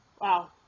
Wow